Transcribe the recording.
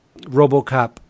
RoboCop